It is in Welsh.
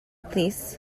plîs